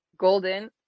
golden